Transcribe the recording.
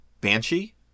Banshee